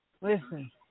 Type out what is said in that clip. listen